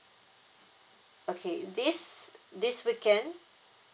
okay this this weekend